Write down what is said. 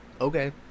okay